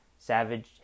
Savage